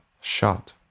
shot